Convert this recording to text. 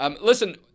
Listen